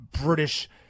British